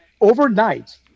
overnight